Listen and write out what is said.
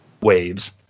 waves